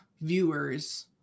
viewers